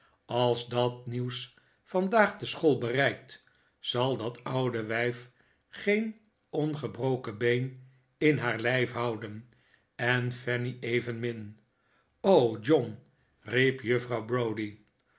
als dat nieuws vandaag de school bereikt zal dat oude wijf geen ongebroken been in haar lijf houden en fanny evenmin john riep juffrouw